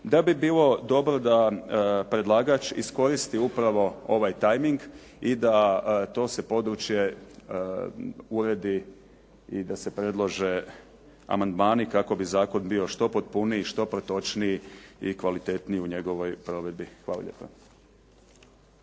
da bi bilo dobro da predlagač iskoristi upravo ovaj timeing i da to se područje uredi i da se predlože amandmani kako bi zakon bio što potpuniji, što protočniji i kvalitetniji u njegovoj provedbi. Hvala lijepa.